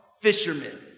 Fishermen